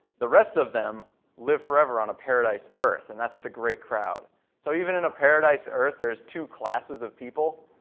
the rest of them live forever on a paradise earth, and that's the great crowd so even in a paradise earth there are two classes of people,